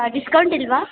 ಹಾಂ ಡಿಸ್ಕೌಂಟ್ ಇಲ್ಲವಾ